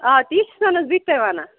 آ تی چھُنہٕ حظ بہٕ تہِ تۄہہِ وَنان